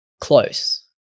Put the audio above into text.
close